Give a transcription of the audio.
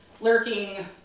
lurking